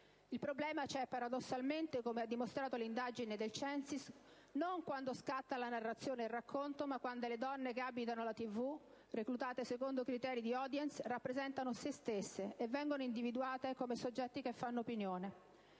Il problema c'è paradossalmente - come ha dimostrato l'indagine commissionata dal CENSIS - non quando scatta la narrazione e il racconto, ma quando le donne che abitano la TV (reclutate secondo criteri di *audience*) rappresentano se stesse e vengono individuate come soggetti che fanno opinione.